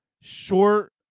short